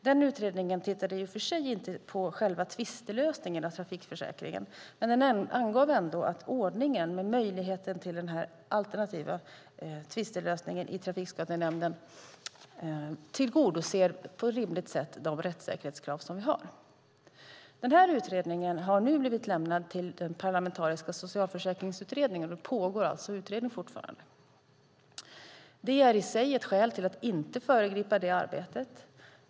Den utredningen tittade i och för sig inte på själva tvistelösningen i trafikförsäkringen men angav ändå att ordningen med möjlighet till den alternativa tvistelösningen i Trafikskadenämnden tillgodoser på ett rimligt sätt de rättssäkerhetskrav som vi har. Den här utredningen har nu lämnats till den parlamentariska Socialförsäkringsutredningen, och det pågår alltså utredning fortfarande. Det är i sig ett skäl till att inte föregripa det arbetet.